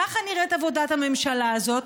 ככה נראית עבודת הממשלה הזאת,